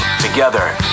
Together